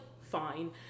fine